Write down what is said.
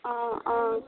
অঁ অঁ